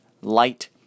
light